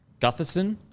Gutherson